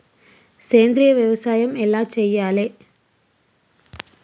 సేంద్రీయ వ్యవసాయం ఎలా చెయ్యాలే?